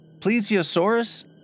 Plesiosaurus